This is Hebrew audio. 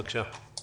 בבקשה.